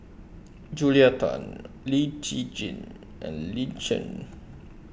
Julia Tan Lee Tjin and Lin Chen